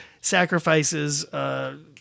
sacrifices